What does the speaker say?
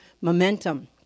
momentum